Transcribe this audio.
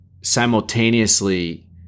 simultaneously